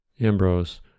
Ambrose